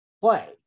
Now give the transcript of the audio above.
play